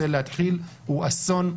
הוא אסון,